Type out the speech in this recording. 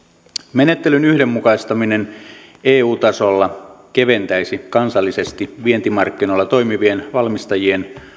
menettelyn yhdenmukaistaminen eu tasolla keventäisi kansallisesti vientimarkkinoilla toimivien valmistajien